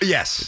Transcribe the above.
Yes